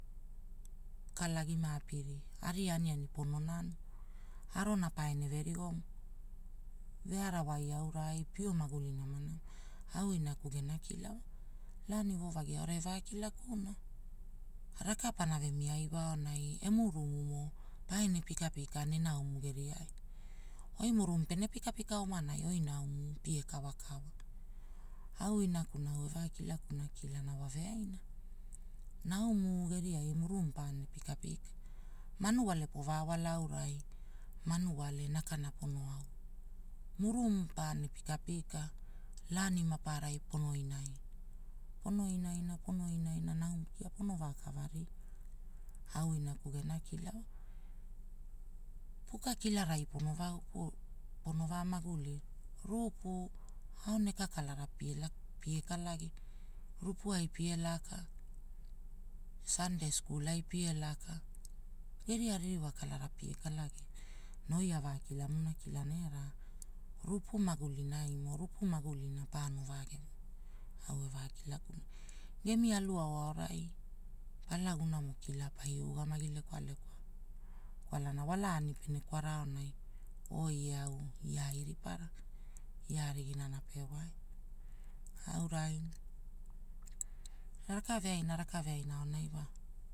Kala gima apiri aria aniani pono nanu, arona paene verigomu, vearawai aurai pio maguli namana au inaku gena kila wa. Laani woo vagi aonai evaa kilakuna raka panave mia iwa aonai emurumumo paene pika pika nenaumu geriai. Oi muru pene pika pika omanai oi naumu pie kawa kawa,. au inakuna au evakilakuna kila wave aina. Naumu geriai murumu paene pikapika, manuale poveawala aurai, manuale nakana pona aua murumu paene pikapika, laani mapaarai pono inaina, pono inaina, pon o inaina naumu kia pono vaakavari, au inaku gena kila wa. Puka kilarai. pono va maguli, rupu aoneka kalara pie kalagi, rupu ai pie laka, Sandei Skul ai pie, laka geria ririwa kalara pie kalagi. Na oi avakilamuna era rupu magulinaimo, rupu magulina paaono vaagevoa, au evakilakuna, gemi aluao aurai. Palagunamo. kila paio ugamagi lekwalekwa kwalana walaani pene kwara aonai, oi e au, ia ai ripara, ia arigina wa. Aurai, rakaveaina, rakaveaina aonai wa.